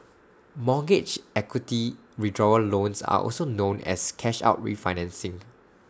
mortgage equity withdrawal loans are also known as cash out refinancing